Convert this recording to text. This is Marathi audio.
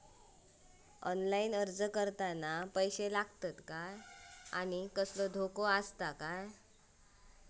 ऑनलाइन अर्ज करताना पैशे लागतत काय आनी कसलो धोको आसा काय?